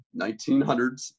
1900s